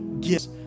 gifts